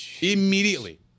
Immediately